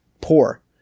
poor